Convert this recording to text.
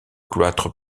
cloître